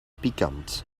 pikant